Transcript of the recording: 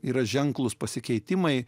yra ženklūs pasikeitimai